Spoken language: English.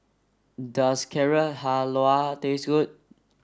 does Carrot Halwa taste good